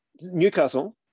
Newcastle